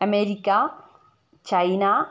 America China